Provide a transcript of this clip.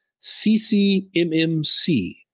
CCMMC